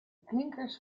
klinkers